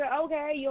okay